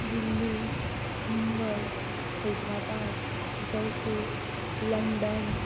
Delhi Mumbai Hyderabad Jaipur London